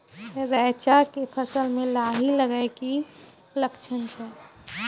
रैचा के फसल मे लाही लगे के की लक्छण छै?